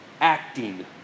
acting